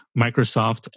Microsoft